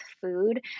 food